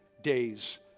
days